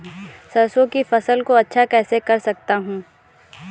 सरसो की फसल को अच्छा कैसे कर सकता हूँ?